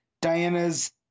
Diana's